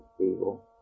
evil